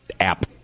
app